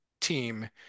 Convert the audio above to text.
team